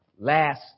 last